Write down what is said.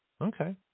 Okay